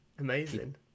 Amazing